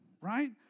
right